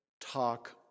talk